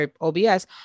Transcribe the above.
OBS